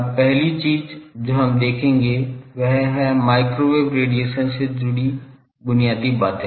अब पहली चीज जो हम देखेंगे वह है माइक्रोवेव रेडिएशन से जुड़ी बुनियादी बातें